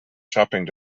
shopping